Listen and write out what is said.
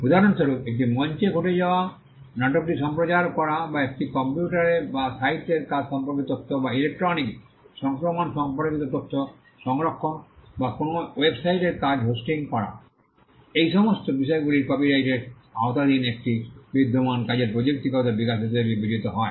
উদাহরণস্বরূপ একটি মঞ্চে ঘটে যাওয়া নাটকটি সম্প্রচার করা বা একটি কম্পিউটারে বা সাহিত্যের কাজ সম্পর্কিত তথ্য বা ইলেকট্রনিক সংক্রমণ সম্পর্কিত তথ্য সংরক্ষণ বা কোনও ওয়েবসাইটের কাজ হোস্টিং করা এই সমস্ত বিষয়গুলি কপিরাইটের আওতাধীন একটি বিদ্যমান কাজের প্রযুক্তিগত বিকাশ হিসাবে বিবেচিত হয়